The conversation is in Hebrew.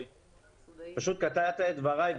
פשוט קטעת את דבריי,